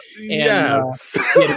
Yes